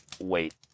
wait